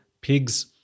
pigs